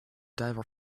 diver